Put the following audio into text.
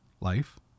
life